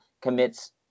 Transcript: commits